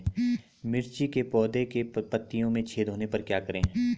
मिर्ची के पौधों के पत्तियों में छेद होने पर क्या करें?